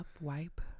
Wipe